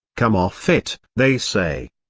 come off it, they say.